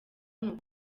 niko